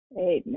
Amen